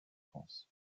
france